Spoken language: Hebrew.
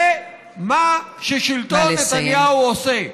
זה מה ששלטון נתניהו עושה.